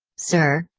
sir,